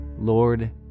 Lord